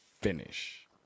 finish